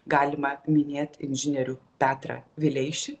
galima minėt inžinierių petrą vileišį